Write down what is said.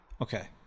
Okay